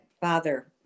father